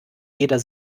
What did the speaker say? jeder